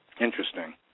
interesting